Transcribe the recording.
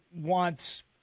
wants